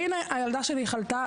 והנה, הילדה שלי חלתה.